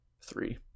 Three